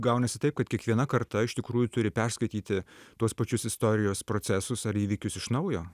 gaunasi taip kad kiekviena karta iš tikrųjų turi perskaityti tuos pačius istorijos procesus ar įvykius iš naujo